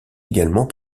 également